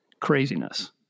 craziness